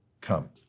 Come